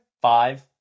Five